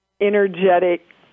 energetic